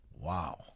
Wow